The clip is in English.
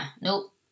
nope